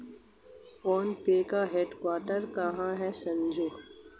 Phone पे का headquarter कहां है संजू?